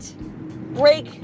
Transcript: break